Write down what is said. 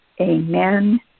amen